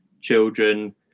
children